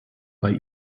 bei